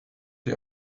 dir